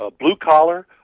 ah blue collar,